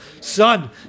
son